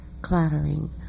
clattering